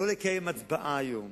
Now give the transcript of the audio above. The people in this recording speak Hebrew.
לא לקיים הצבעה היום.